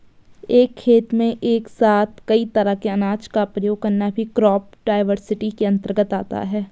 एक खेत में एक साथ कई तरह के अनाज का प्रयोग करना भी क्रॉप डाइवर्सिटी के अंतर्गत आता है